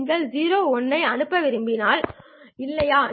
நீங்கள் 01 ஐ அனுப்ப விரும்பினால் இல்லையா